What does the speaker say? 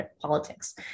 politics